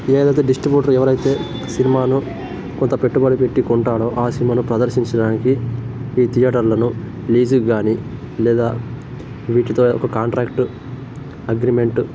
ఏదయితే డిస్ట్రిబ్యూటరు ఎవరయితే సినిమాను కొంత పెట్టుబడి పెట్టి కొంటారో ఆ సినిమాను ప్రదర్శించటానికి ఈ థియేటర్లలో లీస్ గానీ లేదా వీటితో ఒక కాంట్రాక్టు అగ్రిమెంటు